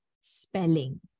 spelling